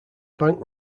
bank